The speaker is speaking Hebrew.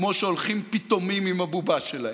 כמו שהולכים פיתומים עם הבובה שלהם,